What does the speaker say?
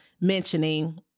mentioning